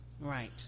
right